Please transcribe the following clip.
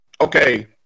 okay